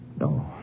No